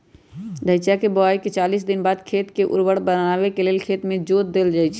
धइचा के बोआइके चालीस दिनबाद खेत के उर्वर बनावे लेल खेत में जोत देल जइछइ